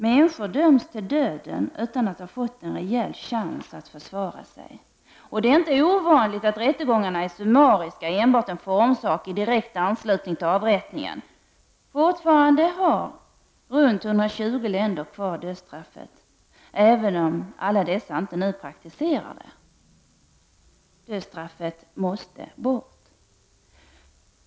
Människor döms till döden utan att ha fått en rejäl chans att försvara sig. Det är inte ovanligt att rättegångarna är summariska, enbart en formsak i direkt anslutning till avrättningen. Fortfarande har runt 120 länder kvar dödsstraffet, även om alla dessa inte nu praktiserar dödsstraffet. Dödsstraffet måste bort.